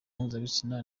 mpuzabitsina